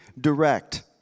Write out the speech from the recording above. direct